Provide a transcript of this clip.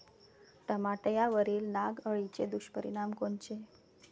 टमाट्यावरील नाग अळीचे दुष्परिणाम कोनचे?